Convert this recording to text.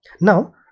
Now